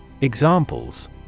Examples